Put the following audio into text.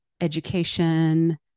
education